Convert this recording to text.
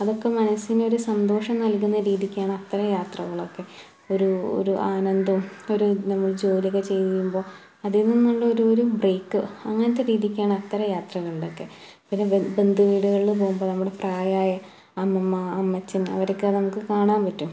അതൊക്കെ മനസ്സിനൊരു സന്തോഷം നൽകുന്ന രീതിക്കാണ് അത്തരം യാത്രകളൊക്കെ ഒരു ഒരു ആനന്ദം ഒരു നമ്മൾ ജോലിയൊക്കെ ചെയ്യുമ്പോൾ അതിൽ നിന്നുള്ളൊരു ഒരു ബ്രേക്ക് അങ്ങനത്തെ രീതിക്കാണ് അത്തരം യാത്രകളിലൊക്കെ പിന്നെ ബന്ധു വീടുകളിൽ പോകുമ്പോൾ നമ്മൾ പ്രായമായ അമ്മമ്മ അമ്മച്ചിയമ്മ അവരെ ഒക്കെ നമുക്ക് കാണാൻ പറ്റും